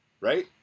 Right